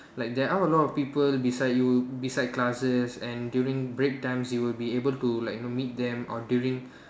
like there are a lot of people beside you beside classes and during break times you would be able to like you know meet them or during